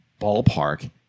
ballpark